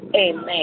Amen